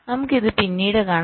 നമുക്ക് ഇത് പിന്നീട് കാണാം